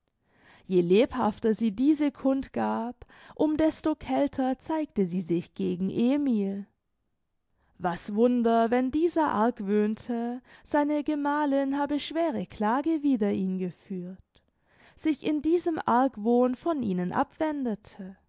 je lebhafter sie diese kund gab um desto kälter zeigte sie sich gegen emil was wunder wenn dieser argwöhnte seine gemalin habe schwere klage wider ihn geführt sich in diesem argwohn von ihnen abwendete